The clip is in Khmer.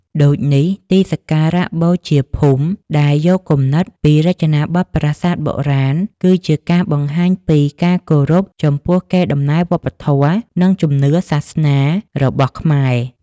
ដូចនេះ ទីសក្ការៈបូជាភូមិដែលយកគំនិតពីរចនាបថប្រាសាទបុរាណ គឺជាការបង្ហាញពីការគោរពចំពោះកេរដំណែលវប្បធម៌ និងជំនឿសាសនារបស់ខ្មែរ។